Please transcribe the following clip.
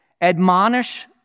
admonish